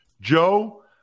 Joe